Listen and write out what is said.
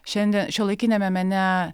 šiandie šiuolaikiniame mene